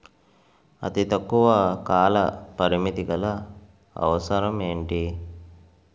అతి తక్కువ కాల పరిమితి గల అవసరం ఏంటి